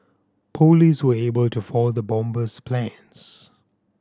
police were able to foil the bomber's plans